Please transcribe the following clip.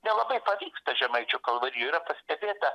nelabai pavyksta žemaičių kalvarijoj yra pastebėta